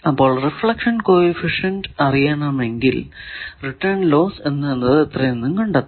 അപ്പോൾ reflection coefficient അറിയാമെങ്കിൽ return loss എത്രയെന്നു കണ്ടെത്താം